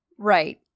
Right